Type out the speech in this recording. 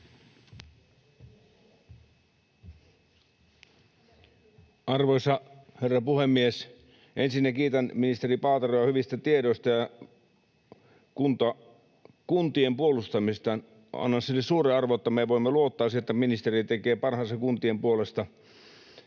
Arvoisa herra puhemies! Ensinnä kiitän ministeri Paateroa hyvistä tiedoista ja kuntien puolustamisesta. Annan sille suuren arvon, että me voimme luottaa siihen, että ministeri tekee parhaansa kuntien puolesta.